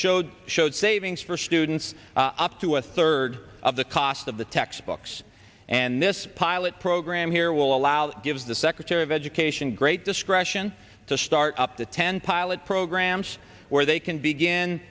showed showed savings for students up to a third of the cost of the textbooks and this pilot program here will allow gives the secretary of education great discretion to start up the ten pilot programs where they can begin